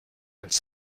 als